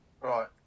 right